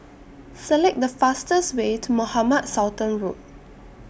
Select The fastest Way to Mohamed Sultan Road